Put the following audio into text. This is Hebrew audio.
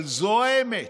אבל זו האמת,